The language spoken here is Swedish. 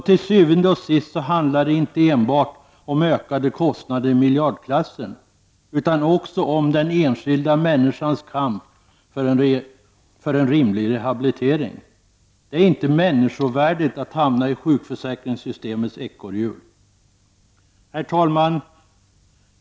Till syvende och sist handlar det inte enbart om ökade kostnader i miljardklassen, utan också om den enskilda människans kamp för en rimlig rehabilitering. Det är inte människovärdigt att hamna i sjukförsäkringssystemets ekorrhjul. Herr talman!